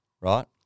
Right